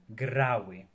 grały